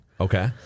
Okay